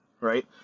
Right